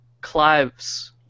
Clive's